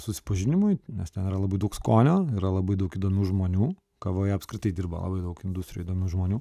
susipažinimui nes ten yra labai daug skonio yra labai daug įdomių žmonių kavoje apskritai dirba labai daug industrijoj įdomių žmonių